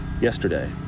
Yesterday